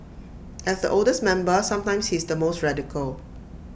as the oldest member sometimes he's the most radical